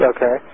Okay